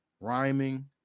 rhyming